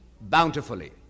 bountifully